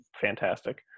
fantastic